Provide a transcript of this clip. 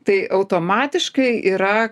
tai automatiškai yra